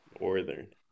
Northern